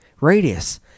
Radius